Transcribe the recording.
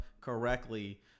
correctly